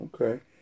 Okay